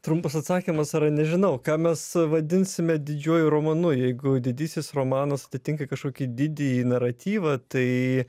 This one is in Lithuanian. trumpas atsakymas yra nežinau ką mes vadinsime didžiuoju romanu jeigu didysis romanas atitinka kažkokį didįjį naratyvą tai